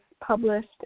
published